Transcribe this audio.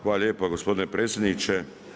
Hvala lijepa gospodine predsjedniče.